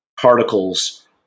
particles